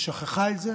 ששכחה את זה